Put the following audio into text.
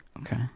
Okay